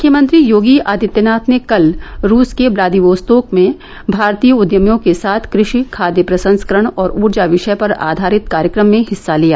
मुख्यमंत्री योगी आदित्यनाथ ने कल रूस के व्लादिवोस्तोक में भारतीय उद्यमियों के साथ कृषिा खाद्य प्रसंस्करण और ऊर्जा वि ाय पर आधारित कार्यक्रम में हिस्सा लिया